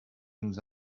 nous